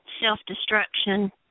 self-destruction